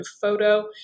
photo